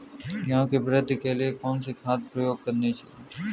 गेहूँ की वृद्धि के लिए कौनसी खाद प्रयोग करनी चाहिए?